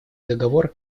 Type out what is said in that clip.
договор